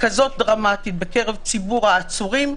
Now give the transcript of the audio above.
כזאת דרמטית בקרב ציבור העצורים.